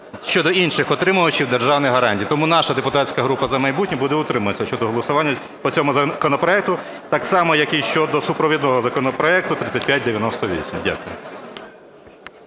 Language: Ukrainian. щодо інших отримувачів державних гарантій. Тому наша депутатська група "За майбутнє" буде утримуватися щодо голосування по цьому законопроекту, так само як і щодо супровідного законопроекту 3598. Дякую.